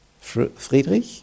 Friedrich